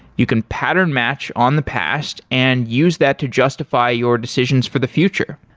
you can pattern match on the past and use that to justify your decisions for the future.